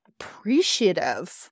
appreciative